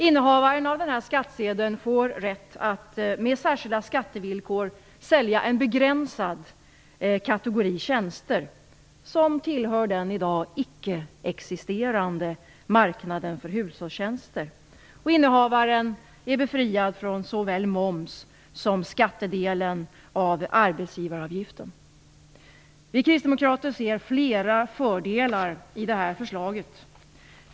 Innehavaren av denna skattsedel får rätt att med särskilda skattevillkor sälja en begränsad kategori tjänster som tillhör den i dag icke existerande marknaden för hushållstjänster. Innehavaren är befriad från såväl moms som skattedelen av arbetsgivaravgiften. Vi kristdemokrater ser flera fördelar i det här förslaget.